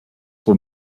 will